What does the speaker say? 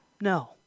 No